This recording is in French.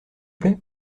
plaît